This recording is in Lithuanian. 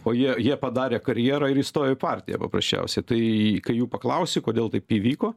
o jie jie padarė karjerą ir įstojo į partiją paprasčiausiai tai kai jų paklausi kodėl taip įvyko